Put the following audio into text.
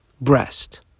breast